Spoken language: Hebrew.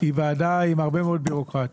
היא ועדה עם הרבה מאוד בירוקרטיה.